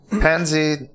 Pansy